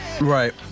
Right